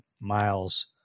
miles